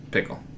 Pickle